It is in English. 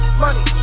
money